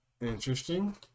Interesting